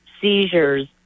seizures